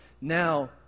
Now